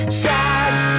sad